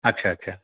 আচ্ছা আচ্ছা